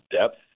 depth